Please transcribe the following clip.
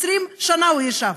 20 שנה הוא ישב,